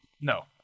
no